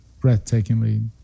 breathtakingly